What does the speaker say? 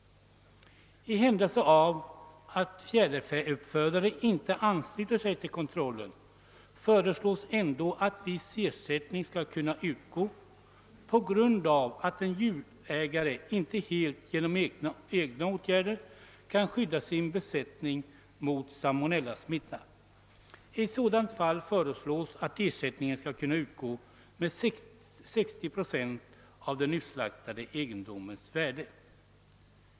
I händelse av att fjäderfäuppfödare inte ansluter sig till kontrollen föreslås ändå att viss ersättning skall kunna utgå på grund av att en djurägare inte genom egna åtgärder helt kan skydda sin besättning mot salmonellasmitta. I sådant fall föreslås att ersättningen skall kunna utgå med 60 procent av den utslaktade egendomens värde.